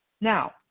Now